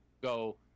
go